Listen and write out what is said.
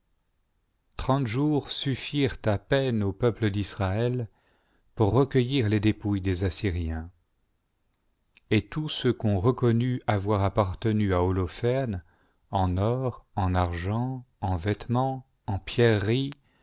trente jours suffirent à peine aa peuple d'israël pour recueillir les dépouilles des assyriens et tout ce qu'on reconnut avoir appartenu à holoferne en or en argent en vêtements en pierreries